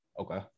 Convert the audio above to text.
Okay